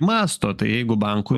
mąsto tai jeigu bankui